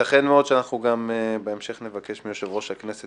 יתכן מאוד שבהמשך נבקש מיושב-ראש הכנסת